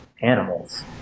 animals